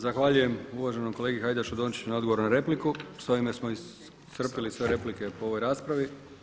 Zahvaljujem uvaženom kolegi Hajdašu Dončić na odgovoru na repliku, s ovime smo iscrpili sve replike po ovoj raspravi.